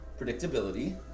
predictability